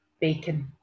bacon